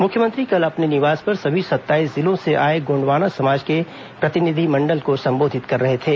मुख्यमंत्री कल अपने निवास पर सभी सत्ताईस जिलों से आए गोंडवाना समाज के प्रतिनिधिमंडल को संबोधित कर रहे थे